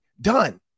Done